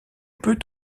peut